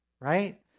Right